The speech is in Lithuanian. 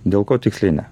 dėl ko tiksliai ne